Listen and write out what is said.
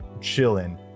chilling